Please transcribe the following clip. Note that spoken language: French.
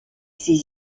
ses